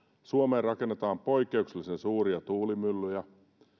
suomeen rakennetaan poikkeuksellisen suuria tuulimyllyjä